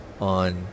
on